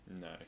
No